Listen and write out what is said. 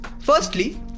Firstly